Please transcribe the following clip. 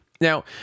Now